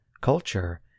culture